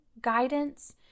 guidance